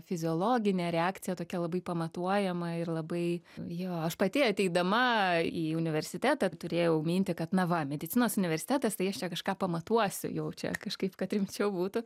fiziologinė reakcija tokia labai pamatuojama ir labai jo aš pati ateidama į universitetą turėjau mintį kad na va medicinos universitetas tai aš čia kažką pamatuosiu jau čia kažkaip kad rimčiau būtų